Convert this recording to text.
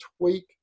tweak